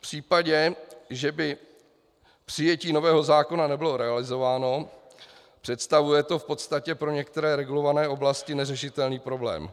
V případě, že by přijetí nového zákona nebylo realizováno, představuje to v podstatě pro některé regulované oblasti neřešitelný problém.